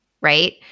right